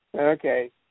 Okay